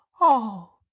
Oh